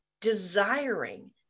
desiring